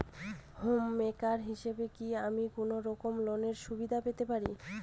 Home maker হিসেবে কি আমি কোনো রকম লোনের সুবিধা পেতে পারি?